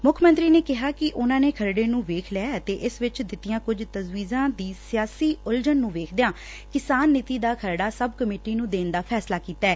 ਮੁੱਖ ਮੰਤਰੀ ਨੇ ਕਿਹਾ ਕਿ ਉਨਾਂ ਨੇ ਖਰੜੇ ਨੂੰ ਵੇਖ ਲਿਐ ਅਤੇ ਇਸ ਵਿਚ ਦਿੱਤੀਆਂ ਕੁਝ ਤਜ਼ਵੀਜਾਂ ਦੀ ਸਿਆਸੀ ਉਲਝਨ ਨੰ ਵੇਖਦਿਆਂ ਕਿਸਾਨ ਨੀਤੀ ਦਾ ਖਰੜਾ ਸਬ ਕਮੇਟੀ ਨੰ ਦੇਣ ਦਾ ਫੈਸਲਾ ਕੀਤਾ ਗਿਐ